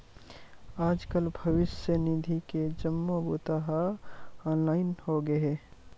आजकाल भविस्य निधि के जम्मो बूता ह ऑनलाईन होगे हे